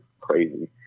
crazy